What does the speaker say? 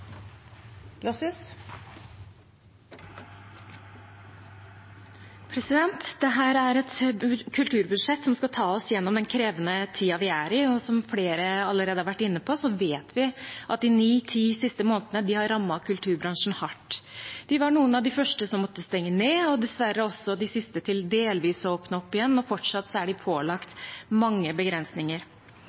i. Som flere allerede har vært inne på, vet vi at de ni–ti siste månedene har rammet kulturbransjen hardt. De var noen av de første som måtte stenge ned, og dessverre også de siste til delvis å åpne opp igjen, og fortsatt er de pålagt mange begrensninger.